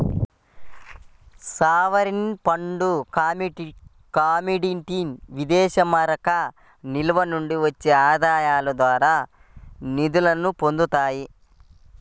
sovereign ఫండ్లు commodity విదేశీమారక నిల్వల నుండి వచ్చే ఆదాయాల ద్వారా నిధుల్ని పొందుతాయి